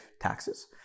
taxes